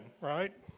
right